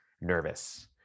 nervous